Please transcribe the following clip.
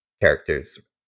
characters